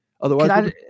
otherwise